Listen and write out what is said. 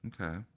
Okay